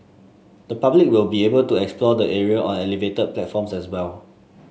the public will be able to explore the area on elevated platforms as well